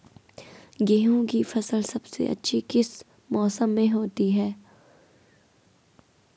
गेहूँ की फसल सबसे अच्छी किस मौसम में होती है